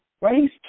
right